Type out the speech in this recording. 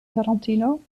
tarantino